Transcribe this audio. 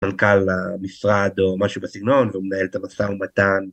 מנכל המשרד או משהו בסגנון, ומנהל את המשא ומתן.